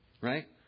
right